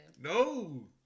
No